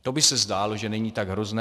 To by se zdálo, že není tak hrozné.